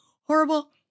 horrible